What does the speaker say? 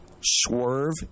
swerve